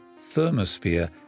thermosphere